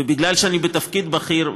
ומכיוון שאני בתפקיד בכיר,